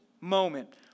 moment